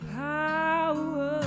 power